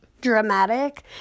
dramatic